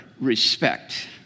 respect